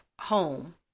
home